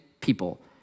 people